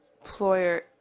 employer